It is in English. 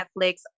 Netflix